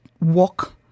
walk